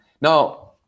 Now